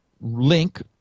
link